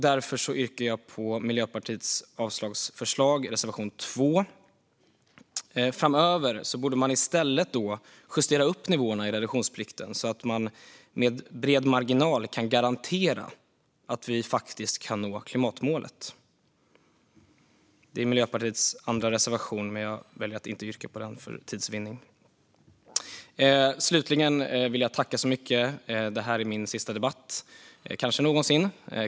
Därför yrkar jag bifall till Miljöpartiets avslagsförslag, reservation 2. Framöver borde man i stället justera upp nivåerna i reduktionsplikten så att man med bred marginal kan garantera att vi faktiskt kan nå klimatmålet. Det är Miljöpartiets andra reservation, men för tids vinning väljer jag att inte yrka bifall till den. Slutligen vill jag tacka så mycket. Det här är min sista debatt, kanske någonsin.